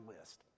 list